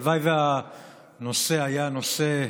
הלוואי שהנושא היה נושא,